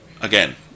again